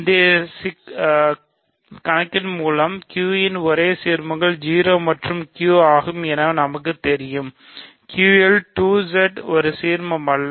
முந்தைய சிக்கலின் மூலம் Q இன் ஒரே சீர்மங்கள் 0 மற்றும் Q ஆகும் என நமக்குத் தெரியும் Qல் 2Z ஒரு சிரமம் அல்ல